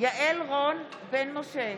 יעל רון בן משה,